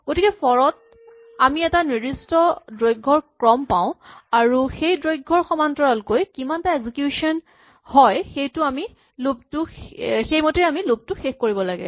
গতিকে ফৰ ত আমি এটা নিৰ্দিষ্ট দৈৰ্ঘৰ ক্ৰম পাওঁ আৰু সেই দৈৰ্ঘৰ সমান্তৰালকৈ যিমানটা এক্সিকিউচন হয় সেইমতেই আমি লুপ টো শেষ কৰিব লাগে